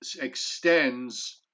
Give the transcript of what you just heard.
Extends